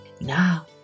Now